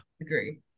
agree